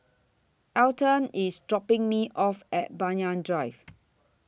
Alton IS dropping Me off At Banyan Drive